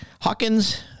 Hawkins